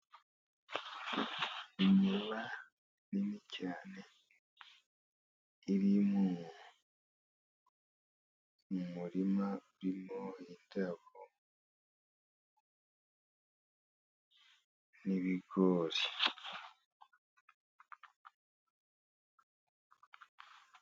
Imbeba nini cyane, iri mu murima urimo indabo n'ibigori.